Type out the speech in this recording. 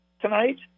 tonight